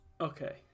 Okay